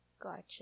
gotcha